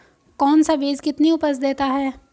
कौन सा बीज कितनी उपज देता है?